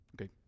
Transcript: Okay